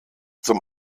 zum